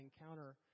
encounter –